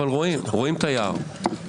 אבל רואים את היער,